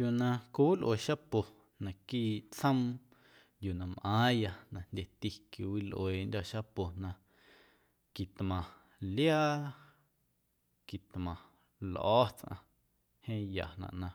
Yuu na quiwilꞌue xapo naquiiꞌ tsjoom yuu na mꞌaaⁿya na jndyeti quiwilꞌueeꞌndyo̱ xapo na quitmaⁿ liaa, quitmaⁿ lꞌo̱ tsꞌaⁿ jeeⁿ yanaꞌ na